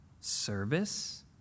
service